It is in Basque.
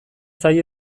zaie